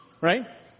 Right